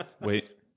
Wait